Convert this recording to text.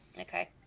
Okay